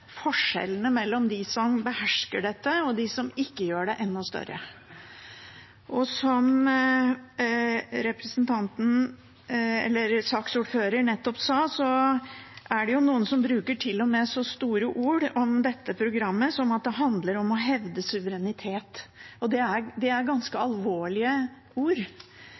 mellom de som behersker dette, og de som ikke gjør det, enda større. Som saksordføreren nettopp sa, er det noen som til og med bruker så store ord om dette programmet som at det handler om å hevde suverenitet. Det er ganske alvorlige ord. Det er